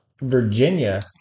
Virginia